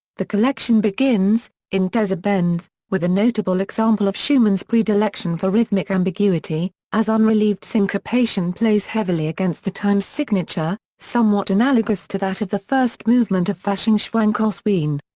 the collection begins, in des abends, with a notable example of schumann's predilection for rhythmic ambiguity, as unrelieved syncopation plays heavily against the time signature, somewhat analogous to that of the first movement of faschingsschwank aus wien.